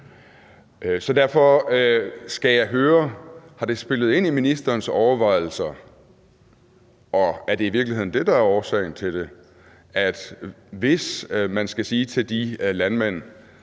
Derfor skal jeg høre, om det har spillet ind i ministerens overvejelser – og om det i virkeligheden er det, der er årsagen til det – at hvis man skal sige til de landmænd,